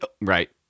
Right